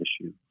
issue